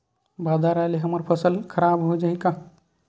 बादर आय ले हमर फसल ह खराब हो जाहि का?